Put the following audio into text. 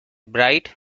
bright